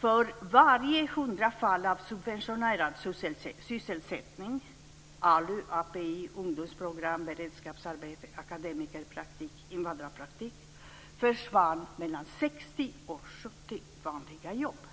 För varje 100-tal fall av subventionerad sysselsättning - ALU, API, ungdomsprogram, beredskapsarbete, akademikerpraktik och invandrarpraktik - försvann mellan 60 och 70 vanliga jobb.